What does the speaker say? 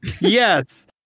Yes